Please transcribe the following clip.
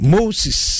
Moses